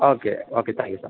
okay okay thank you sir